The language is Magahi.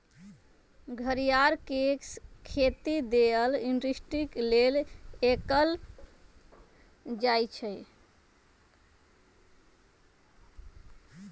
घरियार के खेती लेदर इंडस्ट्री लेल कएल जाइ छइ